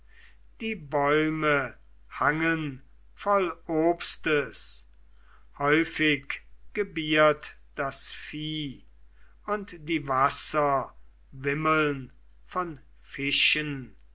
die bäume hangen voll obstes häufig gebiert das vieh und die wasser wimmeln von fischen